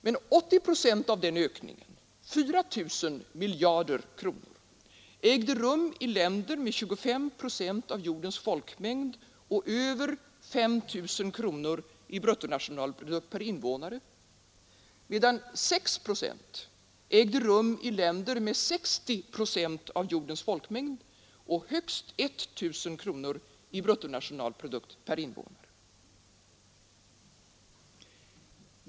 Men 80 procent av ökningen, 4 000 miljarder kronor, ägde rum i länder med 25 procent av jordens folkmängd och över 5 000 kronor i bruttonationalprodukt per invånare, medan 6 procent av ökningen ägde rum i länder med 60 procent av jordens folkmängd och högst 1 000 kronor i bruttonationalprodukt per invånare.